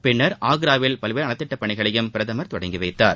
பின்னர் ஆக்ராவில் பல்வேறு நலத்திட்டப் பணிகளையும் பிரதமர் தொடங்கி வைத்தார்